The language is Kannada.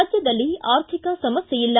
ರಾಜ್ಯದಲ್ಲಿ ಆರ್ಥಿಕ ಸಮಸ್ಥೆಯಿಲ್ಲ